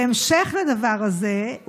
בהמשך לדבר הזה,